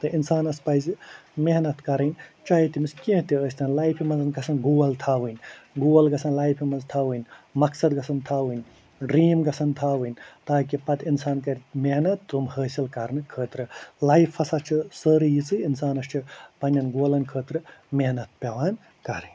تہٕ اِنسانس پزِ محنت کَرٕنۍ چاہیے تٔمِس کیٚنٛہہ تہٕ ٲستن لایفہِ منٛز گَژھن گول تھاوٕنۍ گول گَژھن لایفہِ منٛز تھاوٕنۍ مقصد گَژھن تھاوٕنۍ ڈریٖم گَژھن تھاوٕنۍ تاکہِ پتہٕ اِنسان کَرِ محنت تِم حٲصِل کرنہٕ خٲطرٕ لایف ہسا چھِ سٲرٕے یِژٕے اِنسانس چھِ پنٛنٮ۪ن گولن خٲطرٕ محنت پٮ۪وان کَرٕنۍ